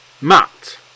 Matt